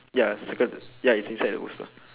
ya circle the ya it's inside the poster